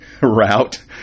route